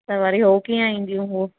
त वरी हुओ कीअं ईंदियूं